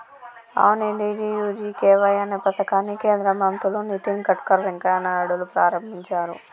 అవును డి.డి.యు.జి.కే.వై అనే పథకాన్ని కేంద్ర మంత్రులు నితిన్ గడ్కర్ వెంకయ్య నాయుడులు ప్రారంభించారు